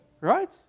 Right